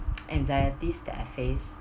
anxieties that I face